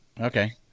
Okay